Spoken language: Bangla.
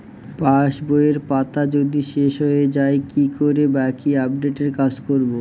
পাসবইয়ের পাতা যদি শেষ হয়ে য়ায় কি করে বাকী আপডেটের কাজ করব?